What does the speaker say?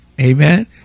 amen